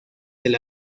del